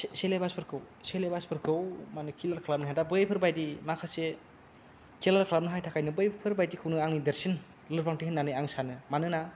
सेलेबासफोरखौ सेलेबासफोरखौ माने क्लियार खालामनो हाया दा बैफोरबादि माखासे क्लियार खालामनो हायिनि थाखायनो बैफोरबादिखौनो आंनि देरसिन लोरबांथि होननानै आं सानो मानोना